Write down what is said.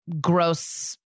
gross